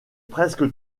presque